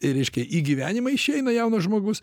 ir reiškia į gyvenimą išeina jaunas žmogus